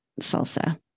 salsa